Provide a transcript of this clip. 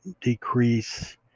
decrease